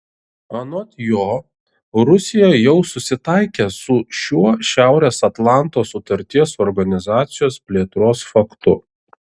anot jo rusija jau susitaikė su šiuo šiaurės atlanto sutarties organizacijos plėtros faktu